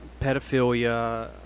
pedophilia